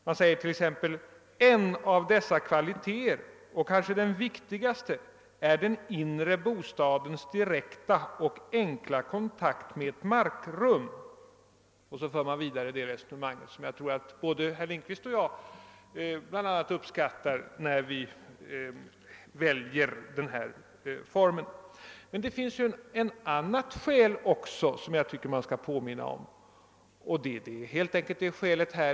Man säger t.ex.: »En av dess kvaliteter och kanske den viktigaste är den inre bostadens direkta och enkla kontakt med ett markrum.» Därpå för man resonemanget vidare på ett sätt som jag tror att både herr Lindkvist och jag uppskattar då vi valt denna boendeform. Men det finns också ett annat skäl som jag tycker att man borde påminna om.